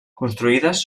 construïdes